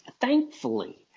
thankfully